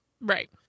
Right